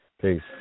Peace